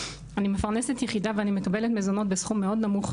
אני מפרנסת יחידה ואני מקבלת מזונות בסכום מאוד נמוך,